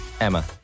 Emma